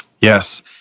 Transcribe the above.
Yes